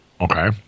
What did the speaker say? Okay